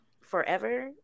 Forever